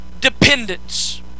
dependence